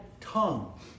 tongue